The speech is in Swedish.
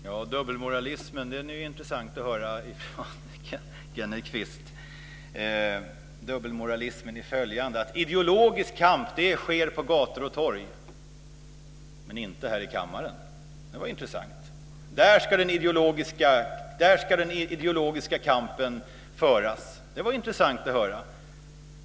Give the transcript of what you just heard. Fru talman! Det är intressant att från Kenneth Kvist höra om dubbelmoralismen i följande: att ideologisk kamp sker på gator och torg, men inte här i kammaren. Där ska den ideologiska kampen föras. Det var intressant att höra.